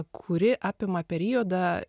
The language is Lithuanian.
kuri apima periodą